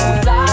fly